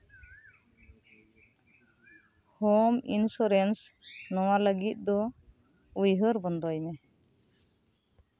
home insurance ᱱᱚᱶᱟ ᱞᱟᱹᱜᱤᱫ ᱫᱚ ᱩᱭᱦᱟᱹᱨ ᱵᱚᱱᱫᱚᱭ ᱢᱮ